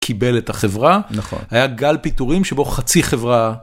קיבל את החברה. נכון. היה גל פיטורים שבו חצי חברה.